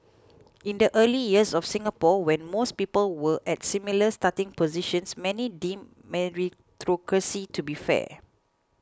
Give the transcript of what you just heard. in the early years of Singapore when most people were at similar starting positions many deemed meritocracy to be fair